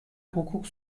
hukuk